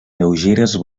lleugeres